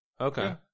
Okay